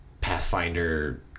Pathfinder